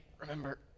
remember